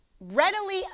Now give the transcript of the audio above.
readily